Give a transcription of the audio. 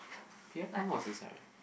Pierre-Png was inside